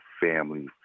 family